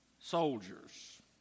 soldiers